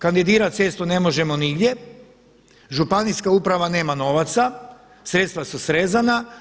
Kandidirati se isto ne možemo nigdje, županijska uprava nema novaca, sredstva su srezana.